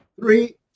Three